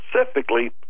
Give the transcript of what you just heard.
specifically